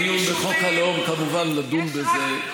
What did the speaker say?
בדיון בחוק הלאום כמובן נדון בזה,